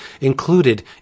included